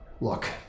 Look